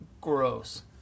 Gross